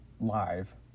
live